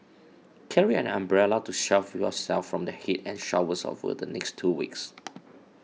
carry an umbrella to shield yourself from the heat and showers over the next two weeks